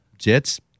Jets